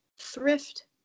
thrift